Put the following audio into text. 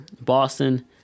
Boston